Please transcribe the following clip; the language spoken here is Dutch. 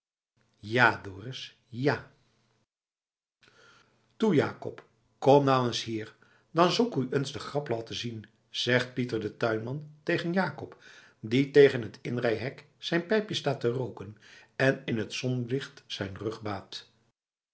ja dorus ja toe joakob kom nou ens hier dan zâ'k oe ens n grap loaten zien zegt pieter de tuinman tegen jakob die tegen het inrijhek zijn pijpje staat te rooken en in t zonlicht zijn rug baadt